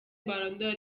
ballon